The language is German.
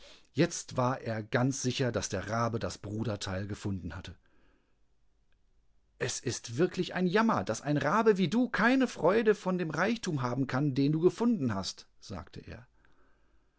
jetzt war er ganz sicher daß der rabe das bruderteil gefunden hatte es ist wirklich ein jammer daß ein rabe wie du keine freude von dem reichtum habenkann dendugefundenhast sagteer